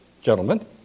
gentlemen